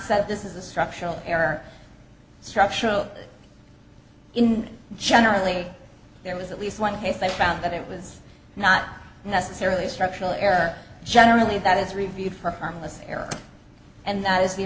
said this is a structural error structural in generally there was at least one case i found that it was not necessarily a structural error generally that is reviewed for harmless error and that is the